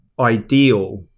ideal